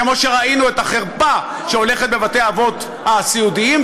כמו שראינו את החרפה שקיימת בבתי-האבות הסיעודיים,